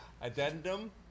Addendum